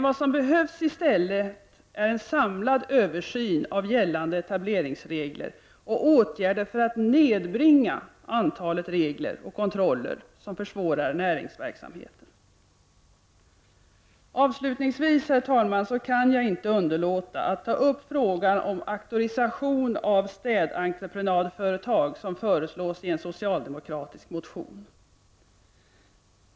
Vad som i stället behövs är en samlad översyn av gällande etableringsregler och åtgärder för att nedbringa antalet regler och kontroller som försvårar näringsverksamheten. Avslutningsvis kan jag, herr talman, inte underlåta att ta upp frågan om auktorisation av städentreprenörföretag, något som föreslås i en socialdemokratisk motion.